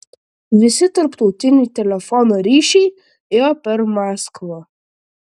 visi tarptautiniai telefono ryšiai ėjo per maskvą